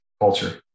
culture